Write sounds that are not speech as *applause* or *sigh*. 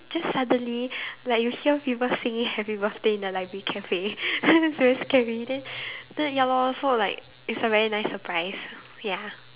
just suddenly like you hear people singing happy birthday in the library cafe *laughs* very scary then then ya lor so like it's a very nice surprise ya